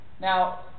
now